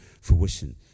fruition